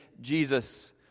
Jesus